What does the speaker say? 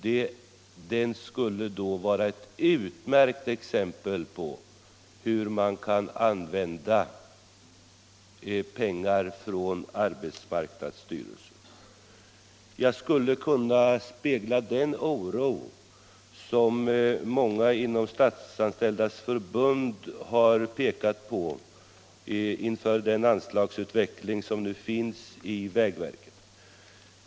Den skulle vara ett utmärkt exempel på hur man kan använda pengar från arbetsmarknadsstyrelsen. Jag skulle kunna spegla den oro som många inom Statsanställdas förbund har uttryckt inför anslagsutvecklingen i vägverket.